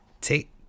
Take